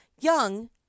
young